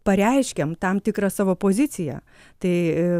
pareiškiam tam tikrą savo poziciją tai